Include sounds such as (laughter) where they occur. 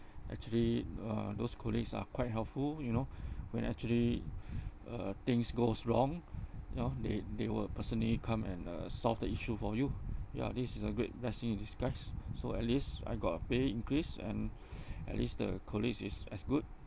actually uh those colleagues are quite helpful you know (breath) when actually (breath) uh things goes wrong you know they they will personally come and uh solve the issue for you ya this is a great blessing in disguise so at least I got a pay increase and (breath) at least the colleagues is as good